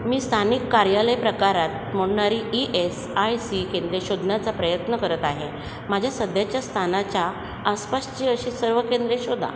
मी स्थानिक कार्यालय प्रकारात मोडणारी ई एस आय सी केंद्रे शोधण्याचा प्रयत्न करत आहे माझ्या सध्याच्या स्थानाच्या आसपासची असे सर्व केंद्रे शोधा